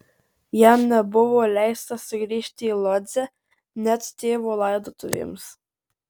jam nebuvo leista sugrįžti į lodzę net tėvo laidotuvėms